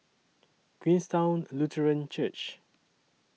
Queenstown Lutheran Church